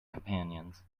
companions